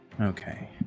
Okay